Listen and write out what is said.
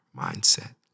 mindset